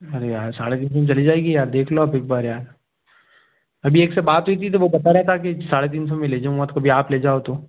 अरे यार साढ़े तीन सौ में चली जाएगी यार देख लो आप एक बार यार अभी एक से बात हुई थी तो वह बता रहा था कि साढ़े तीन सौ में ले जाऊँगा तो कभी आप ले जाओ तो